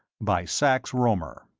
by sax rohmer